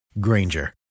Granger